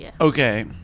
Okay